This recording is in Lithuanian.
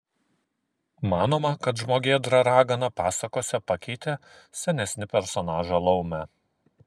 manoma kad žmogėdra ragana pasakose pakeitė senesnį personažą laumę